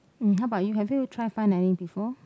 um how about you have you tried fine dining before